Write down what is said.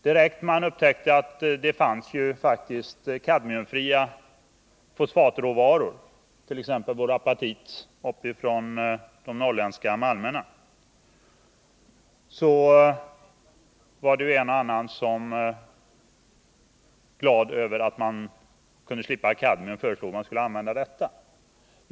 Direkt när det upptäcktes att det faktiskt fanns kadmiumfria fosfatråvaror, t.ex. apatit från de norrländska malmfyndigheterna, var det en och annan som föreslog att man skulle använda detta.